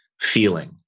feeling